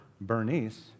Bernice